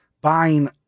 buying –